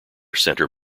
centre